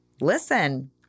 listen